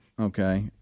Okay